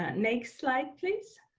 and next slide, please.